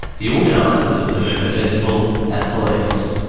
the organisers of the moomba festival, and police.